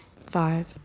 Five